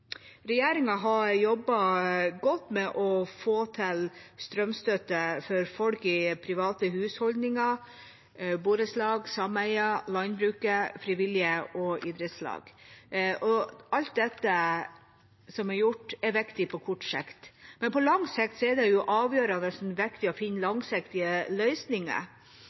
Regjeringa har jobbet godt med å få til strømstøtte for folk i private husholdninger, borettslag, sameier, landbruket, frivillige og idrettslag. Alt som er gjort, er viktig på kort sikt, men det er avgjørende viktig å finne langsiktige løsninger.